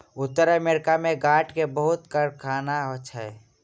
उत्तर अमेरिका में काठ के बहुत कारखाना छै